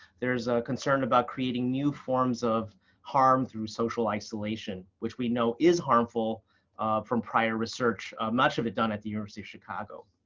there is concern about creating new forms of harm through social isolation which we know is harmful from prior research, much of it done at the university of chicago.